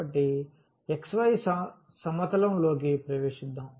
కాబట్టి xy సమతలం లోకి ప్రవేశిద్దాం